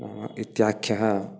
नाम इत्याख्यः